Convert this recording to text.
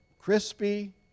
crispy